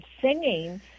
singing